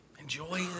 Enjoy